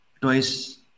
Twice